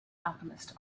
alchemist